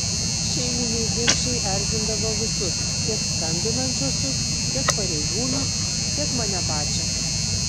šeiminiai ginčai erzindavo visus tiek skambinančiuosius tiek pareigūnus tiek mane pačią